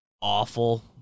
awful